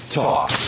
talk